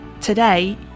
Today